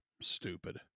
stupid